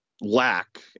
lack